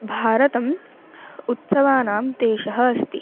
भारतम् उत्सवानां देशः अस्ति